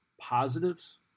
positives